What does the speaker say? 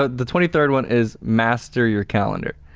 ah the twenty-third one is, master your calendar.